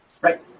right